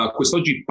Quest'oggi